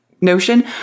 notion